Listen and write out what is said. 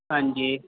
ਹਾਂਜੀ